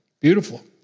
Beautiful